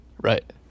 Right